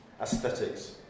aesthetics